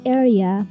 area